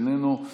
איננו,